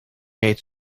reed